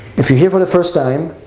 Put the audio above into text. if you're here for the first time,